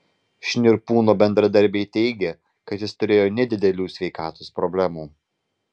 šnirpūno bendradarbiai teigė kad jis turėjo nedidelių sveikatos problemų